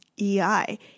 EI